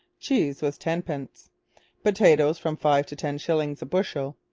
cheese was tenpence potatoes from five to ten shillings a bushel.